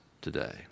today